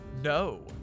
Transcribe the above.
No